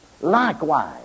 Likewise